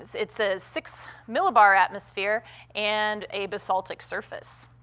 it's a six millibar atmosphere and a basaltic surface.